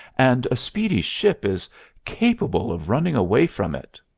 and a speedy ship is capable of running away from it.